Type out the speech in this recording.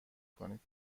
کنید